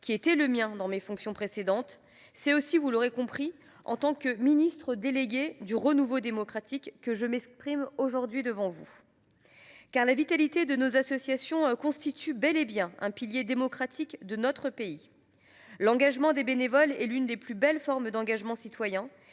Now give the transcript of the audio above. qui était le mien dans mes fonctions précédentes. Mais c’est aussi en tant que ministre déléguée chargée du renouveau démocratique que je m’exprime devant vous aujourd’hui. La vitalité de nos associations constitue bel et bien un pilier démocratique de notre pays. L’engagement des bénévoles est l’une des plus belles formes d’engagement citoyen.